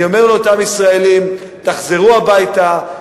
אני אומר לאותם ישראלים: תחזרו הביתה,